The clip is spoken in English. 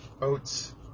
oats